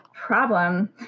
problem